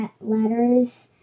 letters